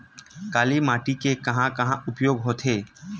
काली माटी के कहां कहा उपयोग होथे?